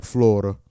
Florida